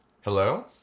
Hello